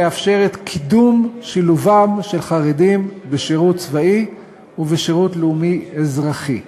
לאפשר את קידום שילובם של חרדים בשירות צבאי ובשירות לאומי-אזרחי.